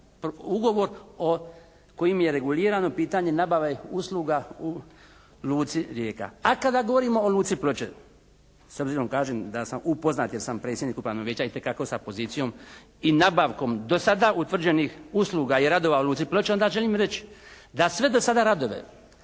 ugovor kojim je regulirano pitanje nabave usluga u luci Rijeka. A kada govorimo o luci Ploče, s obzirom kažem da sam upoznat jer sam predsjednik Upravnog vijeća itekako sa pozicijom i nabavkom do sada utvrđenih usluga i radova u luci Ploče onda želim reći da sve do sada radove,